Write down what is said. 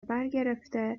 برگرفته